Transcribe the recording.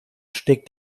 steckt